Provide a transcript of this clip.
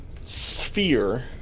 sphere